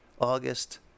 August